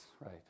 right